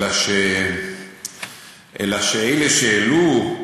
אלא שאלה שהעלו,